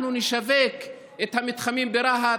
אנחנו נשווק את המתחמים ברהט,